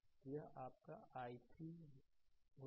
तो यह आपका i3 होगा